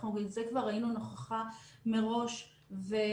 את זה כבר ראינו נכוחה מראש והתחלנו